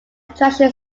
attraction